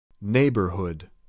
Neighborhood